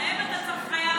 ואת לא רוצה.